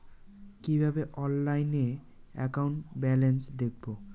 কিভাবে অনলাইনে account balance দেখবো?